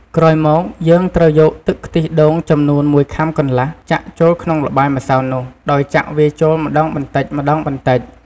ក្រោយមកយើងត្រូវយកទឹកខ្ទិះដូងចំនួន១ខាំកន្លះ ចាក់ចូលក្នុងល្បាយម្សៅនោះ ដោយចាក់វាចូលម្ដងបន្តិចៗ។